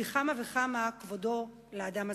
ופי כמה וכמה כבוד לאדם הזקן.